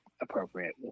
appropriate